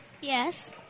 Yes